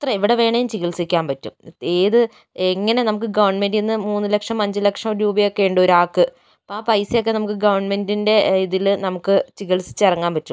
എത്ര എവിടെ വേണേലും ചിത്സിക്കാൻ പറ്റും ഏത് എങ്ങനെ നമുക്ക് ഗവണ്മെന്റീന്ന് മൂന്ന് ലക്ഷം അഞ്ച് ലക്ഷം രൂപയൊക്കെ ഉണ്ട് ഒരാൾക്ക് അപ്പൊ ആ പൈസയൊക്കെ നമുക്ക് ഗവൺമെന്റിന്റെ ഇതില് നമുക്ക് ചികിത്സിച്ചിറങ്ങാൻ പറ്റും